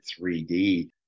3D